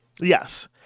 yes